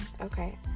okay